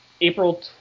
April